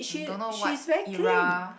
don't know what era